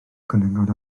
cwningod